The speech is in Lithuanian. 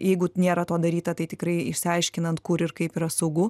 jeigu nėra to daryta tai tikrai išsiaiškinant kur ir kaip yra saugu